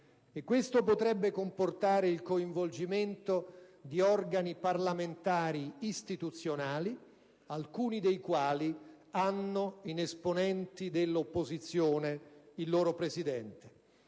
Questo potrebbe comportare il coinvolgimento di organi parlamentari istituzionali, alcuni dei quali presieduti da esponenti dell'opposizione. Onorevoli